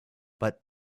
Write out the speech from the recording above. but